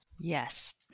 Yes